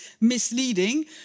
misleading